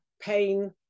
pain